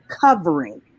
covering